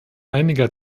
einiger